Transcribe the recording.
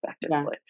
effectively